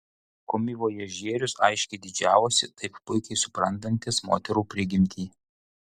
komivojažierius aiškiai didžiavosi taip puikiai suprantantis moterų prigimtį